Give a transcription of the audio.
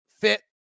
fit